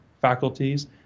faculties